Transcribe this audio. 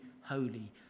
holy